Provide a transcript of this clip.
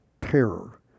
terror